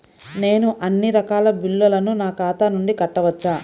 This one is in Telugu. నేను అన్నీ రకాల బిల్లులను నా ఖాతా నుండి కట్టవచ్చా?